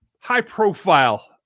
high-profile